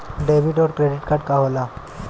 Debit और credit card का होला?